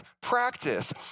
practice